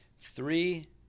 three